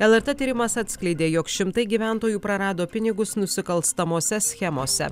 lrt tyrimas atskleidė jog šimtai gyventojų prarado pinigus nusikalstamose schemose